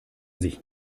sich